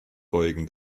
beugen